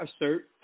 assert